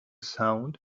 sound